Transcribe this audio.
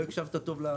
לא הקשבת טוב.